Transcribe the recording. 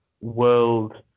world